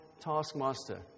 taskmaster